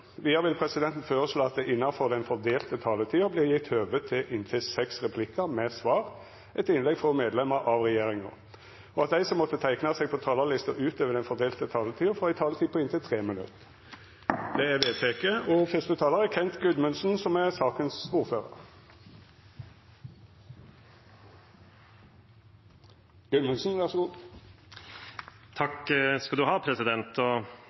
Vidare vil presidenten føreslå at det – innanfor den fordelte taletida – vert gjeve høve til inntil seks replikkar med svar etter innlegg frå medlemer av regjeringa, og at dei som måtte teikna seg på talarlista utover den fordelte taletida, får ei taletid på inntil 3 minutt. – Det er vedteke.